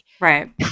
right